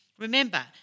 Remember